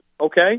okay